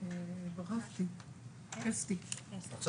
עכשיו,